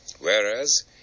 Whereas